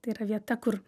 tai yra vieta kur